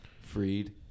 freed